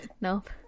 Nope